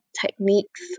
techniques